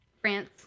France